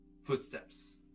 Footsteps